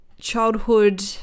childhood